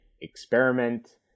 experiment